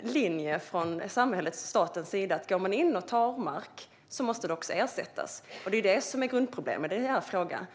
linje från statens sida, att om man går in och tar mark måste det ersättas. Det är det som är grundproblemet i den här frågan.